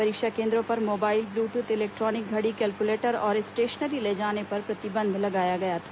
परीक्षा केन्द्रों पर मोबाइल ब्लूटूथ इलेक्ट्रॉनिक घड़ी केलकुलेटर और स्टेशनरी ले जाने पर प्रतिबंध लगाया गया था